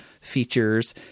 features